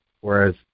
whereas